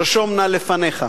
רשום נא לפניך,